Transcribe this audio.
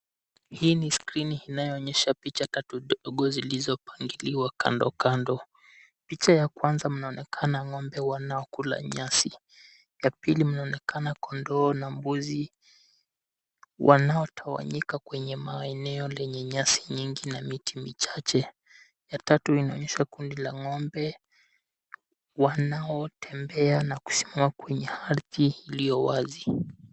Hii ni skrini inayoonyesha picha tatu ndogo zilizopangiliwa kandokando. Picha ya kwanza mnaonekana ngombe wanaokula nyasi. Ya pili mnaonekana kondoo na mbuzi, wanaotawanyika kwenye maeneo lenye nyasi nyingi na miti michache. Ya tatu inaonyesha kundi la ngombe wanaotembea na kusimama kwenye ardhi iliyo wazi.